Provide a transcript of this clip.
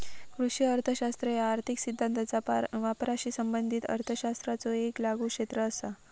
कृषी अर्थशास्त्र ह्या आर्थिक सिद्धांताचा वापराशी संबंधित अर्थशास्त्राचो येक लागू क्षेत्र असा